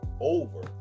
over